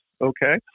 okay